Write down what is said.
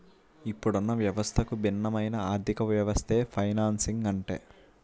ఇప్పుడున్న వ్యవస్థకు భిన్నమైన ఆర్థికవ్యవస్థే ఫైనాన్సింగ్ అంటే